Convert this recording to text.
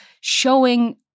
showing